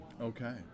Okay